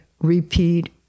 repeat